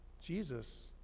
Jesus